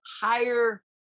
higher